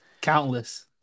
Countless